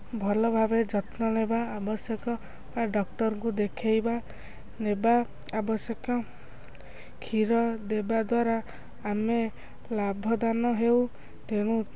ଭଲ ଭାବେ ଯତ୍ନ ନେବା ଆବଶ୍ୟକ ବା ଡକ୍ଟର୍କୁ ଦେଖାଇବା ନେବା ଆବଶ୍ୟକ କ୍ଷୀର ଦେବା ଦ୍ୱାରା ଆମେ ଲାଭବାନ ହେଉ ତେଣୁ